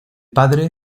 padre